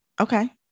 okay